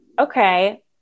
okay